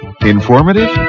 Informative